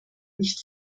nicht